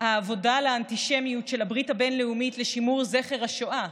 העבודה לאנטישמיות של הברית הבין-לאומית לשימור זכר השואה,